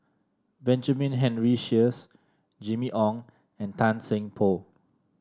Benjamin Henry Sheares Jimmy Ong and Tan Seng Poh